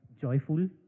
joyful